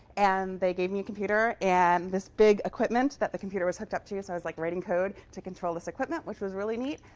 and they gave me a computer and this big equipment that the computer was hooked up to, so i was like writing code to control this equipment, which was really neat.